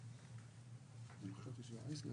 מצלאוי.